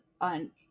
on